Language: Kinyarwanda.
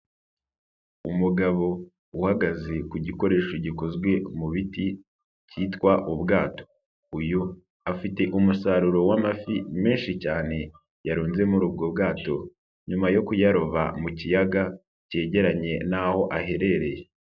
Umugabo uhagaze ku gikoresho gikozwe mu biti, cyitwa ubwato. Uyu afite umusaruro w'amafi menshi cyane yarunze muri ubwo bwato, nyuma yo kuyaroba mu kiyaga, cyegeranye n'aho aherereye.